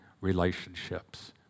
relationships